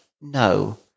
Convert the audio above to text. no